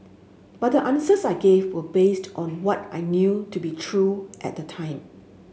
but the answers I gave were based on what I knew to be true at the time